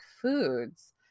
foods